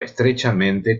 estrechamente